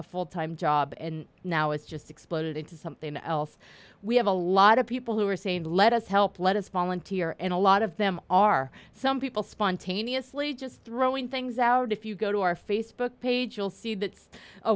a full time job and now it's just exploded into something else we have a lot of people who are saying let us help let us volunteer and a lot of them are some people spontaneously just throwing things out if you go to our facebook page you'll see that a